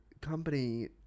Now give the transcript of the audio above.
company